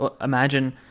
imagine